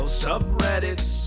subreddits